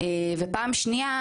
ופעם שנייה,